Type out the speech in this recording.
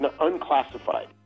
unclassified